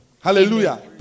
Hallelujah